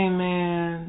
Amen